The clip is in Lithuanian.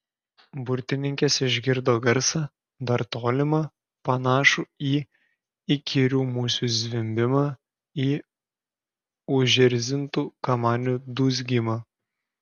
burtininkės išgirdo garsą dar tolimą panašų į įkyrių musių zvimbimą į užerzintų kamanių dūzgimą